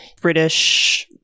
British